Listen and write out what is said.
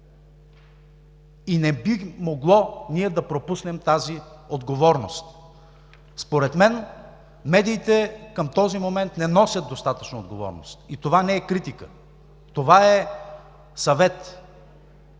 Не би могло ние да пропуснем тази отговорност. Според мен, медиите към този момент не носят достатъчно отговорност. Това не е критика – това е съвет,